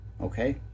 Okay